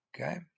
Okay